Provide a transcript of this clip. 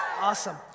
Awesome